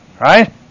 right